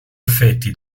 affetti